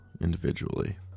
individually